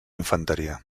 infanteria